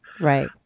Right